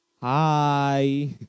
hi